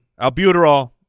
albuterol